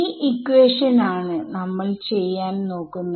ഈ ഇക്വേഷൻ ആണ് നമ്മൾ ചെയ്യാൻ നോക്കുന്നത്